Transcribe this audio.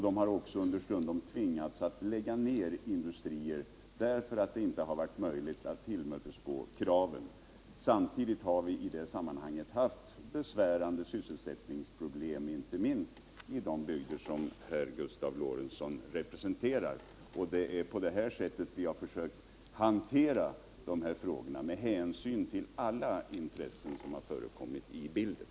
De har också understundom tvingats lägga ned industrier därför att det inte har varit möjligt att tillgodose kraven. Samtidigt har vi i detta sammanhang haft besvärande sysselsättningsproblem, inte minst i de bygder som Gustav Lorentzon representerar. Vi har försökt hantera frågorna med hänsyn till alla intressen som finns med i bilden.